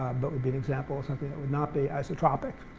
but would be an example of something that would not be isotropic.